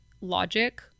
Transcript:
logic